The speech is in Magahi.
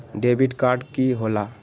डेबिट काड की होला?